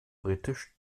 britisch